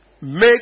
Make